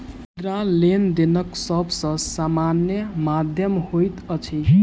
मुद्रा, लेनदेनक सब सॅ सामान्य माध्यम होइत अछि